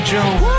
June